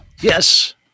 Yes